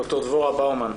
ד"ר דבורה באומן,